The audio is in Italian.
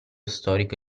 storico